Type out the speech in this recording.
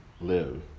live